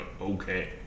okay